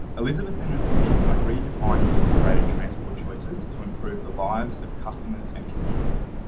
elizabeth and her team are redefining integrated transport choices to improve the lives of customers and communities,